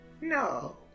No